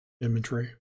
imagery